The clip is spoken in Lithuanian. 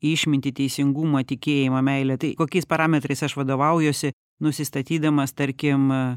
į išmintį teisingumą tikėjimą meilę tai kokiais parametrais aš vadovaujuosi nusistatydamas tarkim